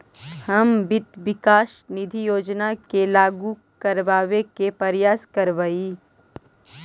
हम वित्त विकास निधि योजना के लागू करबाबे के प्रयास करबई